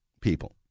people